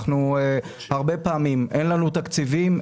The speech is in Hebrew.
אין לנו תקציבים,